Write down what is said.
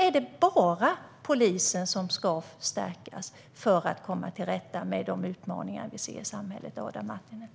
Är det då bara polisen som ska stärkas för att vi ska komma till rätta med de utmaningar vi ser i samhället, Adam Marttinen?